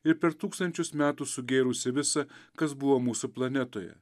ir per tūkstančius metų sugėrusį visa kas buvo mūsų planetoje